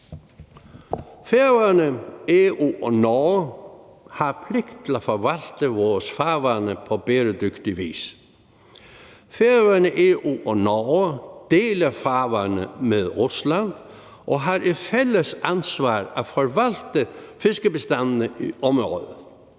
Færøerne, EU og Norge har pligt til at forvalte vores farvande på bæredygtig vis. Færøerne, EU og Norge deler farvande med Rusland og har et fælles ansvar for at forvalte fiskebestandene i området.